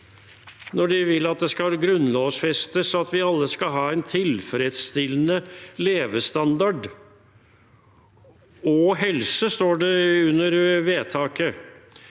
når de vil at det skal grunnlovfestes at vi alle skal ha en tilfredsstillende levestandard, og også helse, for det står under vedtaket